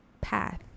path